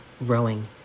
rowing